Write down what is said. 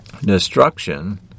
destruction